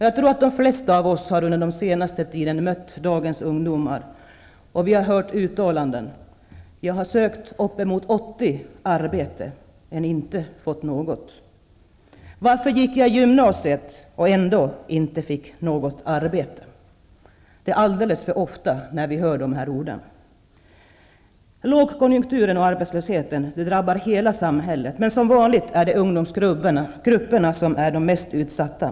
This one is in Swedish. Jag tror att de flesta av oss under den senaste tiden mött dagens ungdomar och fått höra sådana här uttalanden: ''Jag har sökt uppemot 80 arbeten men inte fått något'' och ''Varför gick jag gymnasiet men ändå inte fick något arbete?'' Det är alldeles för ofta som vi hör dessa ord. Lågkonjunkturen och arbetslösheten drabbar hela samhället hårt, men som vanligt är det ungdomsgrupperna som är de mest utsatta.